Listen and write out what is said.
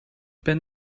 ben